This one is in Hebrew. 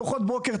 ארוחות בוקר,